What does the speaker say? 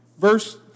Verse